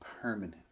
permanent